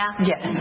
Yes